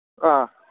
ꯑꯥ